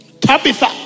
Tabitha